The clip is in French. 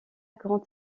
grand